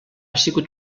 sigut